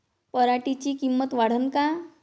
पराटीची किंमत वाढन का?